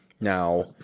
Now